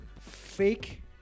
fake